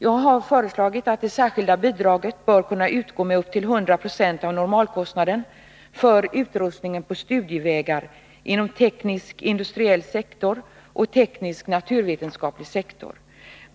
Jag har föreslagit att det särskilda bidraget bör kunna utgå med upp till 100 26 av normalkostnaden för utrustningen på studievägar inom teknisk-industriell sektor och teknisk-naturvetenskaplig sektor.